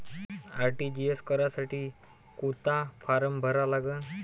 RTGS करासाठी कोंता form भरा लागन?